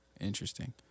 interesting